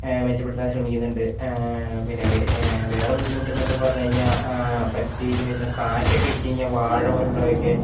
മെച്ചപ്പെടുത്താൻ ശ്രമിക്കുന്നുണ്ട് പിന്നെ വേറെ ബുദ്ധിമുട്ട് എന്നൊക്കെ പറഞ്ഞുകഴിഞ്ഞാൽ പരിസ്ഥിതിയിൽ വരുന്ന കാറ്റൊക്കെ അടിച്ചുകഴിഞ്ഞാൽ വാഴ പോലെ ഉള്ളവയൊക്കെ